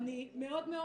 שאני מאוד מאוד